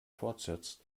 fortsetzt